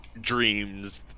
dreams